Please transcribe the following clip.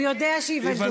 הוא יודע שייוולדו.